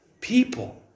people